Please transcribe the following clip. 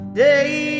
day